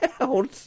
out